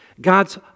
God's